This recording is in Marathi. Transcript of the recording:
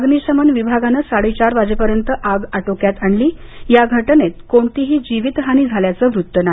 अग्निशमन विभागानं साडेचार वाजेपर्यंत आग आटोक्यात आणली या घटनेत कोणतीही जीवित हानी झाली नाही